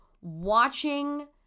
watching